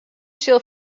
sil